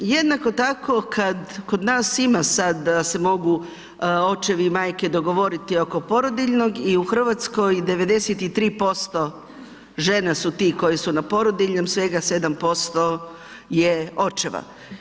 Jednako tako, kad, kod nas ima sad da se mogu očevi i majke dogovoriti oko porodiljnog i u RH 93% žena su ti koje su na porodiljnom, svega 7% je očeva.